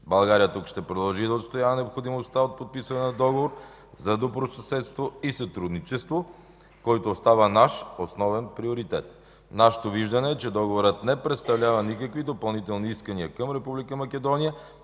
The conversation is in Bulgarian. България тук ще продължи да отстоява необходимостта от подписване на Договор за добросъседство и сътрудничество, който остава наш основен приоритет. Нашето виждане е, че Договорът не представлява никакви допълнителни искания към Република Македония